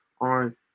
on